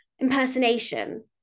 impersonation